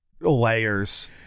layers